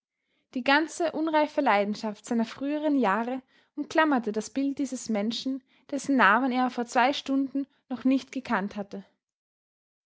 die ganze unreife leidenschaft seiner früheren jahre umklammerte das bild dieses menschen dessen namen er vor zwei stunden noch nicht gekannt hatte